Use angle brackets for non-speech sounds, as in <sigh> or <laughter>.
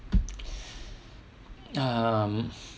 <breath> um